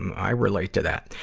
i relate to that.